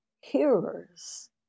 hearers